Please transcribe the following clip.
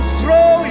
throw